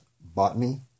botany